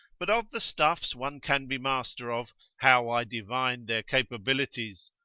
but of the stuffs one can be master of, how i divined their capabilities!